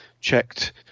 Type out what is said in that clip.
checked